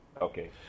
Okay